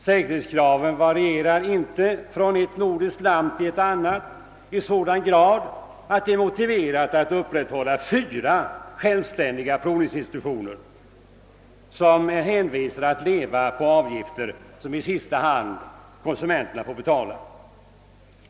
Säkerhetskraven varierar inte från ett nordiskt land till ett annat i sådan grad att det är motiverat att upprätthålla fyra självständiga provningsinstitutioner, hänvisade att leva på avgifter som i sista hand konsumenterna får betala.